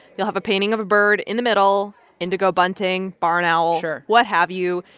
you'll have a painting of a bird in the middle indigo bunting, barn owl. sure. what have you.